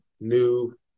new